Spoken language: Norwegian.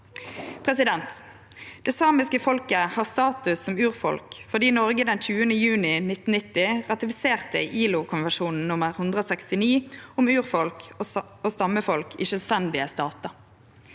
samiske. Det samiske folket har status som urfolk fordi Noreg den 20. juni 1990 ratifiserte ILO-konvensjon nr. 169, om urfolk og stammefolk i sjølvstendige statar.